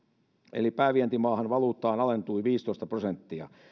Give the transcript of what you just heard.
eli päävientimaan valuuttaan alentui viisitoista prosenttia